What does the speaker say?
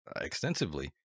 extensively